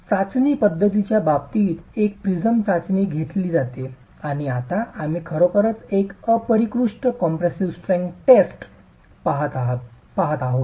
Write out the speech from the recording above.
चाचणी पद्धतीच्या बाबतीतच एक प्रिझम चाचणी हीच घेतली जाते आणि आता आम्ही खरोखरच एक अपरिष्कृत कॉम्पॅसिव्ह स्ट्रेंथ टेस्ट पहात आहोत